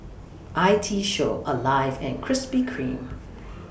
I T Show Alive and Krispy Kreme